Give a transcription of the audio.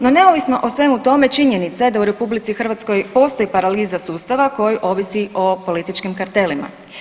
No neovisno o svemu tome činjenica je da u RH postoji paraliza sustava koji ovisi o političkim kartelima.